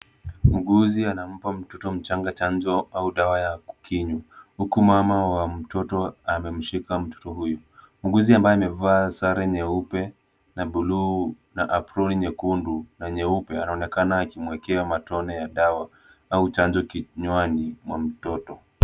Muuguzi anampa mtoto mchanga chanjo au dawa ya kukunywa huku mama wa mtoto amemshika mtoto huyu. Muuguzi ambaye amevaa sare nyeupe na blue na aproni nyekundu na nyeupe anaonekana akimwekea matone ya dawa au chanjo kinywani mwa mtoto.